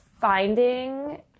finding